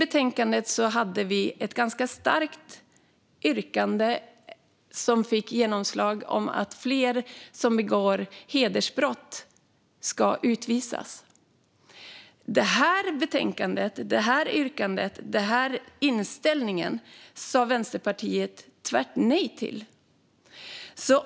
Betänkandet innehöll ett ganska starkt yrkande som fick genomslag och handlade om att fler som begår hedersbrott ska utvisas. Detta betänkande, detta yrkande och denna inställning sa Vänsterpartiet tvärt nej till.